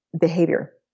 behavior